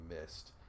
missed